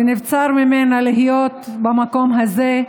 ונבצר ממנה להיות במקום הזה,